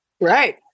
Right